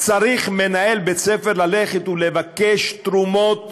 מנהל בית-ספר צריך ללכת ולבקש תרומות